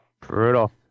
Brutal